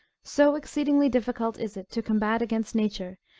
so exceedingly difficult is it to combat against nature,